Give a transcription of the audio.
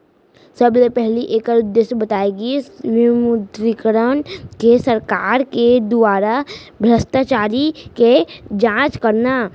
सबले पहिली ऐखर उद्देश्य बताए गिस विमुद्रीकरन के सरकार के दुवारा भस्टाचारी के जाँच करना